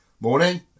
morning